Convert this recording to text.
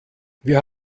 wir